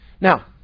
Now